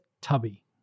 tubby